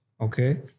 Okay